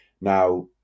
Now